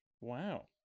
Wow